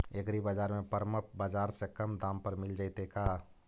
एग्रीबाजार में परमप बाजार से कम दाम पर मिल जैतै का?